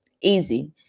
easy